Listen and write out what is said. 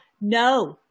no